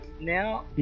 now